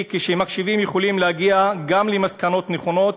היא: כשמקשיבים יכולים להגיע גם למסקנות נכונות.